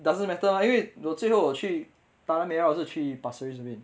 doesn't matter ah 因为我最后我去 tanah merah 还是去 pasir ris only